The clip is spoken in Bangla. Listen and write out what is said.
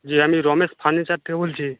জি আমি রমেশ ফার্নিচার থেকে বলছি